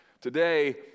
Today